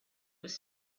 was